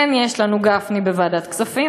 שכן יש לנו גפני בוועדת כספים,